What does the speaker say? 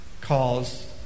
calls